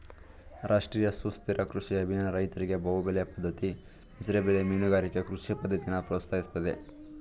ರಾಷ್ಟ್ರೀಯ ಸುಸ್ಥಿರ ಕೃಷಿ ಅಭಿಯಾನ ರೈತರಿಗೆ ಬಹುಬೆಳೆ ಪದ್ದತಿ ಮಿಶ್ರಬೆಳೆ ಮೀನುಗಾರಿಕೆ ಕೃಷಿ ಪದ್ದತಿನ ಪ್ರೋತ್ಸಾಹಿಸ್ತದೆ